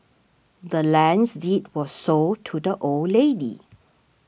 the land's deed was sold to the old lady